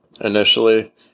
initially